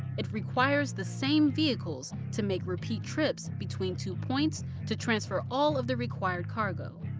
it requires the same vehicles to make repeat trips between two points to transfer all of the required cargo.